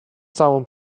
całą